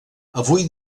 avui